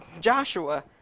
Joshua